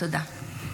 תודה.